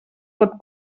pot